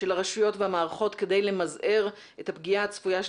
של הרשויות והמערכות כדי למזער את הפגיעה הצפויה של